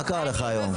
מה קרה לך היום?